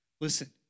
Listen